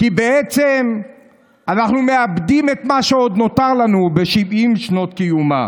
כי בעצם אנחנו מאבדים את מה שעוד נותר לנו ב-70 שנות קיומה.